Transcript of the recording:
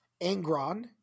Angron